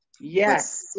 Yes